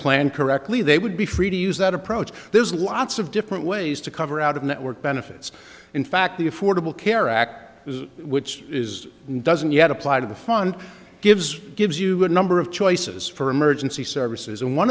plan correctly they would be free to use that approach there's lots of different ways to cover out of network benefits in fact the affordable care act which is doesn't yet apply to the fund gives gives you a number of choices for emergency services and one